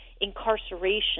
incarceration